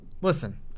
Listen